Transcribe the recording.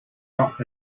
not